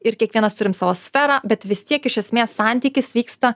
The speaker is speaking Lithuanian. ir kiekvienas turim savo sferą bet vis tiek iš esmės santykis vyksta